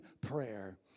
prayer